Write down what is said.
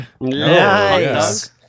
Nice